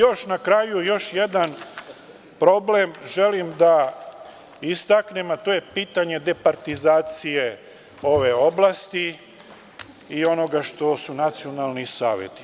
Još na kraju jedan problem želim da istaknem, a to je pitanje departizacije ove oblasti i onoga što su nacionalni saveti.